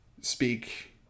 speak